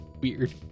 Weird